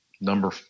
Number